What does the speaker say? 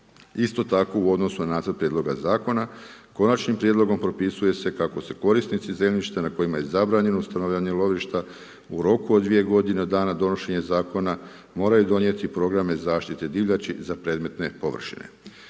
Isto tako u odnosu na nacrt prijedlog zakona, konačnim prijedlogom propisuje se kako se korisnici zemljišta na kojima je zabranjeno …/Govornik se ne razumije./… lovišta, u roku od …/Govornik se ne razumije./… godine dana donošenje Zakona moraju donijeti programe zaštite divljači za predmetne površine.